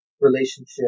relationship